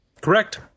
Correct